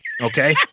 Okay